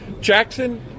Jackson